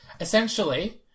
essentially